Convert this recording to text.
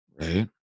Right